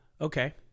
Okay